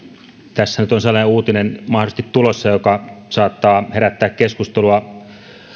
tässä nyt on sellainen uutinen mahdollisesti tulossa joka saattaa herättää keskustelua